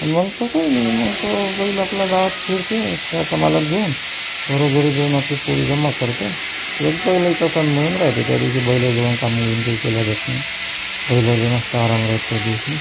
मग तो काही नाही मग तो बैल आपला गावात फिरते त्याचा मालक घेऊन घरोघरी जाऊन आपली पोळी जमा करते एक बैलाचा सण म्हणून राहिले त्या दिवशी बैलाजवळून काही काम बीम केले जात नाही बैलाला मस्त आराम राहते त्या दिवशी